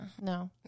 no